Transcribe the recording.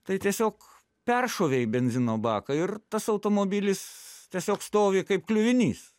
tai tiesiog peršovei benzino baką ir tas automobilis tiesiog stovi kaip kliuvinys